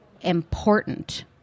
important